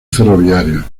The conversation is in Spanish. ferroviario